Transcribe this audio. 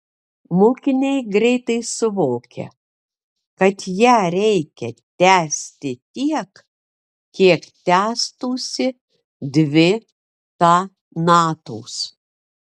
mokiniai greitai suvokia kad ją reikia tęsti tiek kiek tęstųsi dvi ta natos